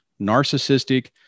narcissistic